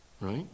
Right